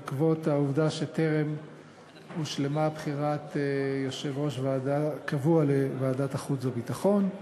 בעקבות העובדה שטרם הושלמה בחירת יושב-ראש קבוע לוועדת החוץ והביטחון.